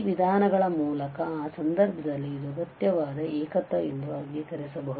ಈ ವಿಧಾನಗಳ ಮೂಲಕ ಆ ಸಂದರ್ಭದಲ್ಲಿ ಇದು ಅಗತ್ಯವಾದ ಏಕತ್ವ ಎಂದು ವರ್ಗೀಕರಿಸಬಹುದು